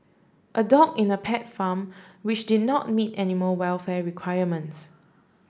a dog in a pet farm which did not meet animal welfare requirements